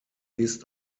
ist